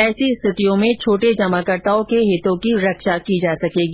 ऐसी स्थितियों में छोटे जमाकर्ताओं के हितों की रक्षा की जा सकेगी